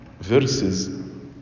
verses